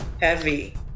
Heavy